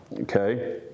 Okay